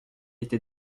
était